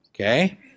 okay